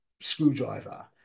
screwdriver